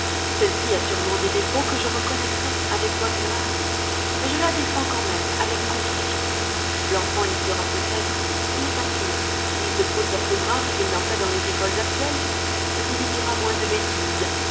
celle-ci a sûrement des défauts que je reconnaîtrai avec bonne grâce mais je la défends quand même avec conviction l'enfant y fera peut-être ce n'est pas sûr plus de fautes d'orthographe qu'il n'en fait dans les écoles actuelles mais il y dira moins de bêtises